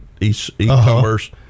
e-commerce